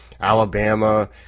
Alabama